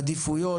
עדיפויות,